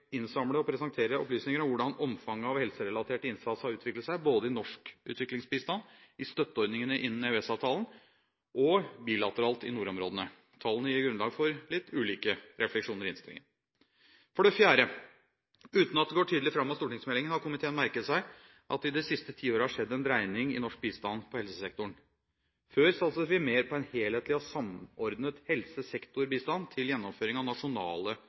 innsamle og presentere opplysninger om hvordan omfanget av helserelaterte innsatser har utviklet seg, både i norsk utviklingsbistand, i støtteordningene innenfor EØS-avtalen og bilateralt i nordområdene. Tallene gir grunnlag for litt ulike refleksjoner i innstillingen. For det fjerde: Uten at det går tydelig fram av stortingsmeldingen, har komiteen merket seg at det i det siste tiåret har skjedd en dreining i norsk bistand på helsesektoren. Før satset vi mer på en helhetlig og samordnet helsesektorbistand til gjennomføring av nasjonale